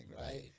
Right